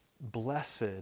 blessed